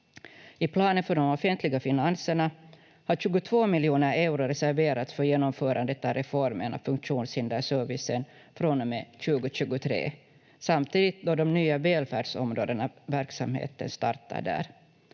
I planen för de offentliga finanserna har 22 miljoner euro reserverats för genomförandet av reformen av funktionshinderservicen från och med 2023, samtidigt då de nya välfärdsområdenas verksamhet startar där.